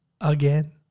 again